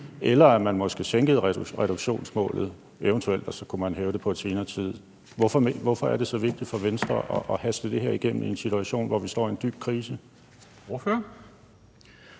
eller at man måske eventuelt sænkede reduktionsmålet, og så kunne man hæve det på et senere tidspunkt. Hvorfor er det så vigtigt for Venstre at haste det her igennem i en situation, hvor vi står i en dyb krise? Kl.